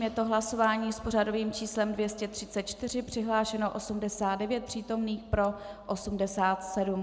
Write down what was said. Je to hlasování s pořadovým číslem 234, přihlášeno 89 přítomných, pro 87.